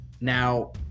Now